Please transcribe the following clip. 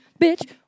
Bitch